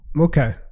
Okay